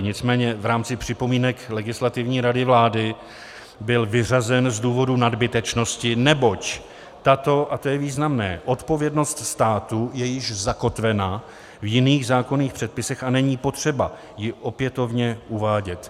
Nicméně v rámci připomínek Legislativní rady vlády byl vyřazen z důvodu nadbytečnosti, neboť tato, a to je významné, odpovědnost státu je již zakotvena v jiných zákonných předpisech a není potřeba ji opětovně uvádět.